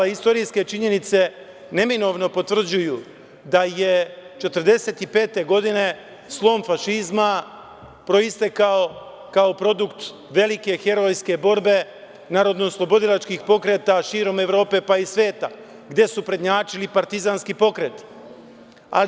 Istorijske činjenice neminovno potvrđuju da je 1945. godine slom fašizma proistekao kao produkt velike herojske borbe narodnooslobodilačkih pokreta širom Evrope, pa i sveta, gde su prednjačili partizanski pokreti.